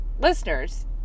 listeners